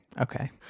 Okay